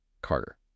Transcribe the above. Carter